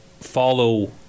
Follow